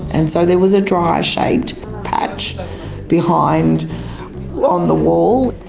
and so there was a dryer-shaped patch behind on the wall.